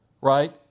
Right